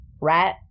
right